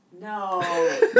No